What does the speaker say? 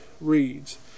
reads